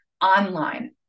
online